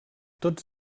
tots